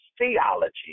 theology